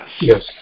yes